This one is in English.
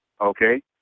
okay